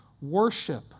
Worship